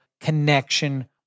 connection